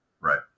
Right